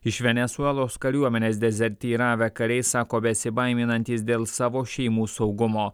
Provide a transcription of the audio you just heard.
iš venesuelos kariuomenės dezertyravę kariai sako besibaiminantys dėl savo šeimų saugumo